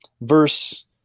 verse